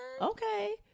okay